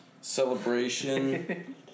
celebration